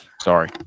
Sorry